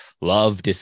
love